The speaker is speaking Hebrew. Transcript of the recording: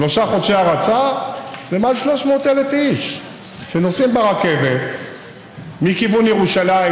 שלושה חודשי הרצה זה מעל 300,000 איש שנוסעים ברכבת מכיוון ירושלים,